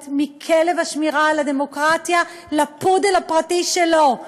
מכלב השמירה של הדמוקרטיה לפודל הפרטי שלו,